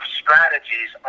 strategies